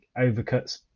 overcuts